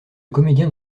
comédien